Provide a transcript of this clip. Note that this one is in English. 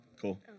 Cool